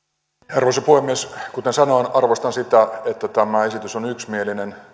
puhemies kuten sanoin arvostan sitä että tämä esitys on yksimielinen